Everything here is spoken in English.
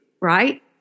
Right